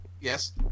Yes